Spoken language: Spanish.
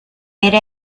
era